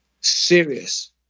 serious